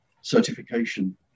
certification